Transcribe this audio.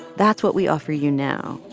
that's what we offer you now,